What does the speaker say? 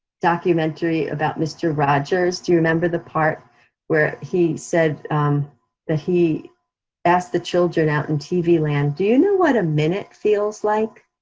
documentary about mr. rogers, do you remember the part where he said that he asked the children out in tv land, do you know what a minute feels like?